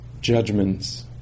judgments